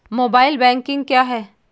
Mobile banking क्या है?